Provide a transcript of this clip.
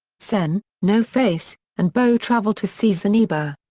sen, no-face, and boh travel to see zeniba.